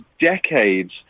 decades